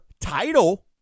title